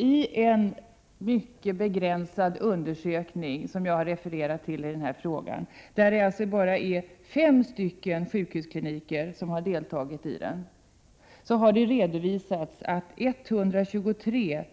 I en mycket begränsad undersökning — som jag har refererat till i frågan — där bara fem sjukhuskliniker deltog, har man redovisat att 123